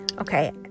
okay